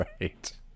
right